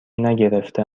نگرفته